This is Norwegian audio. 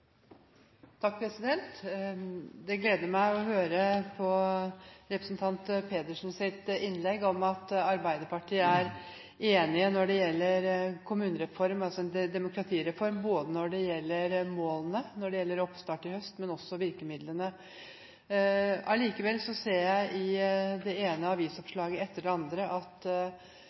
gleder meg å høre representanten Pedersens innlegg med hensyn til at Arbeiderpartiet er enige når det gjelder kommunereformen, altså en demokratireform, både med tanke på målene, oppstart i høst og virkemidlene. Allikevel ser jeg i det ene avisoppslaget etter det andre at